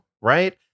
right